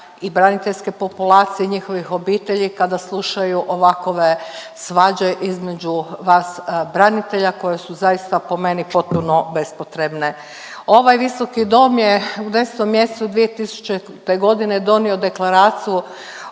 i braniteljske populacije, njihovih obitelji kada slušaju ovakove svađe između vas branitelja koje su zaista po meni potpuno bespotrebne. Ovaj Visoki dom je u 10 mjesecu 2000. godine donio Deklaraciju